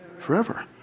Forever